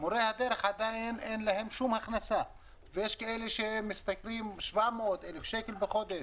למורי הדרך אין עדיין שום הכנסה ויש כאלה שמשתכרים 700 1,000 שקל בחודש,